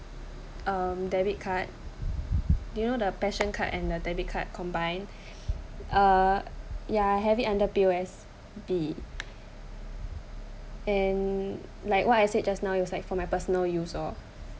um debit card you know the passion card and debit card combined uh ya I have it under P_O_S_B and like what I said just now it was like for my personal use lor